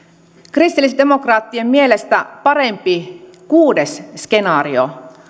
kristillisdemokraattien mielestä parempi kuudes skenaario